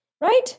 Right